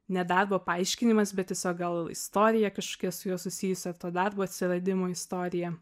ne darbo paaiškinimas bet tiesiog gal istorija kažkokia su juo susijusi ar to darbo atsiradimo istorija